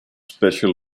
special